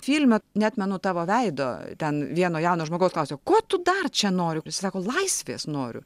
filme neatmenu tavo veido ten vieno jauno žmogaus klausiau ko tu dar čia nori jis sako laisvės noriu